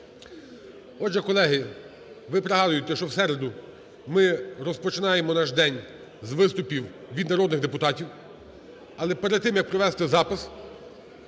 Отже, колеги, ви пригадуєте, що в середу ми розпочинаємо наш день з виступів від народних депутатів. Але перед тим, як провести запис,